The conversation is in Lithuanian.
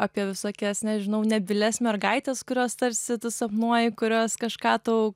apie visokias nežinau nebylias mergaites kurios tarsi tu sapnuoji kurios kažką tau